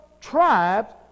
tribes